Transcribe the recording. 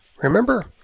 Remember